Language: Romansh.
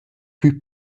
plü